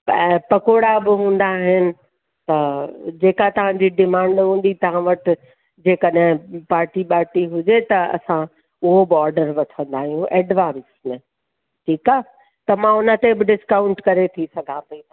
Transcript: ऐं पकौड़ा बि हूंदा आहिनि जेका तव्हांजी डिमांड हूंदी तव्हां वटि जे कॾहिं पार्टी वार्टी हुजे त असां उहो बि ऑडर वठंदा आहियूं एडवांस में ठीकु आहे त मां उनते बि डिस्काउंट करे थी सघां पई मां